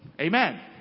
Amen